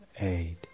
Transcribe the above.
eight